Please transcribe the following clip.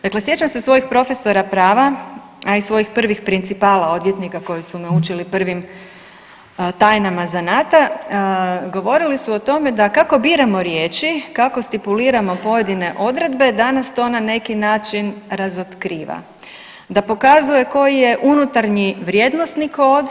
Dakle, sjećam se svojih profesora prava, a i svojih prvih principala odvjetnika koji su me učili prvim tajnama zanata, govorili su o tome da kako biramo riječi, kako stipuliramo pojedine odredbe da nas to na neki način razotkriva, da pokazuje koji je unutarnji vrijednosni kod.